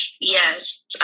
Yes